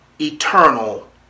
eternal